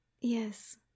Yes